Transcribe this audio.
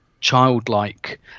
childlike